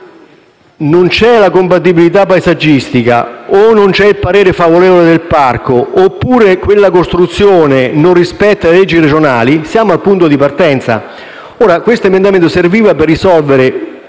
sono la compatibilità paesaggistica o il parere favorevole del parco oppure la costruzione non rispetta le leggi regionali, siamo al punto di partenza. Quest'emendamento serviva per risolvere